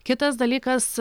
kitas dalykas